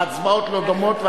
ההצבעות לא דומות,